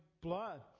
blood